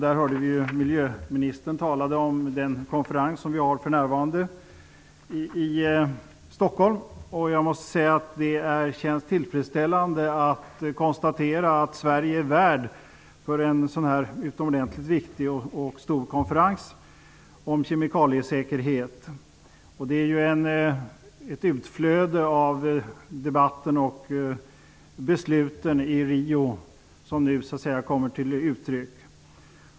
Vi hörde också miljöministern tala om den konferens i Stockholm som för närvarande pågår. Det känns tillfredsställande att konstatera att Sverige är värd för den mycket viktiga och stora konferensen om kemikaliesäkerhet. Den är ett utflöde av debatten och av besluten i Rio som nu kommer till uttryck.